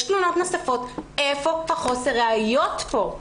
יש תלונות נוספות איפה חוסר הראיות פה?